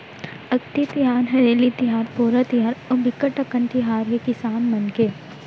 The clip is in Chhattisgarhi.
अक्ति तिहार, हरेली तिहार, पोरा तिहार अउ बिकट अकन तिहार हे किसान मन के